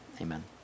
amen